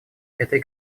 этой